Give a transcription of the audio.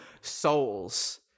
souls